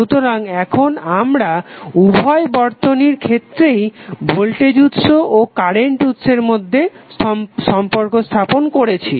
সুতরাং এখন আমরা উভয় বর্তনীর ক্ষেত্রেই ভোল্টেজ উৎস ও কারেন্ট উৎসের মধ্যে সম্পর্ক স্থাপন করেছি